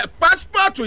passport